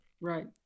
Right